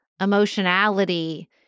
emotionality